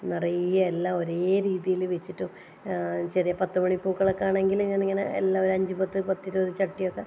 നിറയെ എല്ലാം ഒരേ രീതിയിൽ വെച്ചിട്ട് ചെറിയ പത്തുമണി പൂക്കളൊക്കെ ആണെങ്കിൽ ഞാനിങ്ങനെ എല്ലാം ഒരു ആഞ്ചു പത്ത് പത്തിരുപത് ചട്ടിയൊക്കെ